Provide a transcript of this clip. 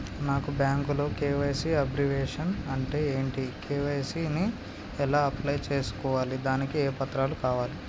నాకు బ్యాంకులో KYC abbreviation అంటే ఏంటి కే.వై.సీ ని ఎలా అప్లై చేసుకోవాలి దానికి ఏ పత్రాలు కావాలి?